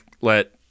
let